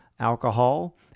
alcohol